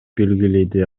белгиледи